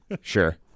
Sure